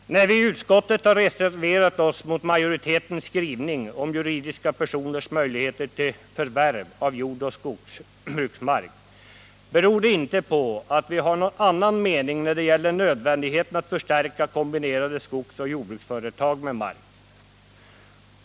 När vi i utskottet har reserverat oss mot majoritetens skrivning om juridiska personers möjligheter till förvärv av jordoch skogsbruksmark, beror det inte på att vi har någon annan mening när det gäller nödvändigheten att förstärka kombinerade skogsoch jordbruksföretag med mark.